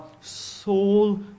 soul